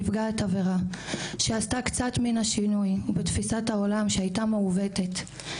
נפגעת עבירה שעשתה קצת מן השינוי בתפיסת העולם שהייתה מעוותת,